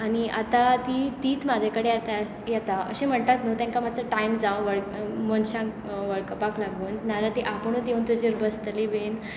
आनी आतां तींच म्हजे कडेन येता अशें म्हणटात न्हय तांकां मातसो टायम जांव मनशांक वळखुपाक लागून ना जाल्यार ती आपुणूच येवन तुजेर बसतलीं बी